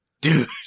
dude